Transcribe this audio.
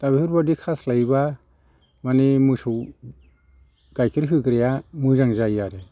दा बेफोरबायदि खास्लायोबा माने मोसौ गाइखेर होग्राया मोजां जायो आरो